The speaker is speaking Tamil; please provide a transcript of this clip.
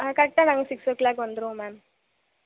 ஆ கரெக்டாக நாங்கள் சிக்ஸ் ஓ க்ளாக் வந்துடுவோம் மேம்